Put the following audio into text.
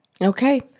Okay